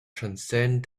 transcend